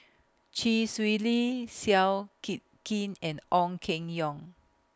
Chee Swee Lee Seow Kit Kin and Ong Keng Yong